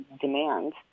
demand